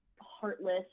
heartless